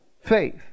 faith